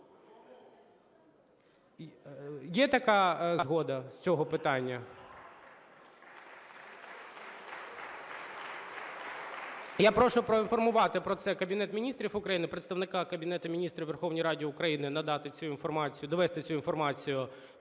Є така згода з цього питання? Я прошу проінформувати про це Кабінет Міністрів України, представнику Кабінету Міністрів у Верховній Раді України надати цю інформацію, довести цю інформацію